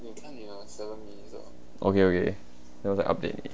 okay okay 我再 update 你